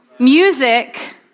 Music